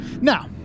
Now